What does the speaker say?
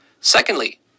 Secondly